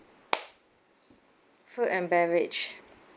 food and beverage